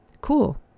cool